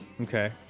Okay